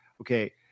okay